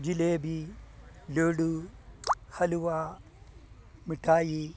jalebi laddoo halwa mithai